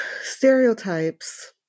Stereotypes